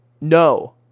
No